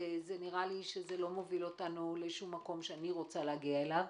כי נראה לי שזה לא מוביל לשום מקום שאני רוצה להגיע אליו.